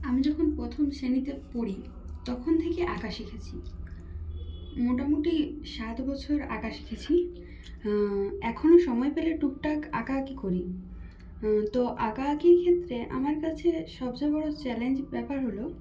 আমি যখন প্রথম শ্রেণীতে পড়ি তখন থেকেই আঁকা শিখেছি মোটামোটি সাত বছর আঁকা শিখেছি এখনো সময় পেলে টুকটাক আঁকা আঁকি করি তো আঁকা আঁকির ক্ষেত্রে আমার কাছে সবচেয়ে বড়ো চ্যালেঞ্জ ব্যাপার হলো